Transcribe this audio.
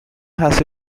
has